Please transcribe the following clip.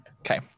Okay